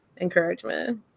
encouragement